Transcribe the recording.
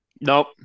nope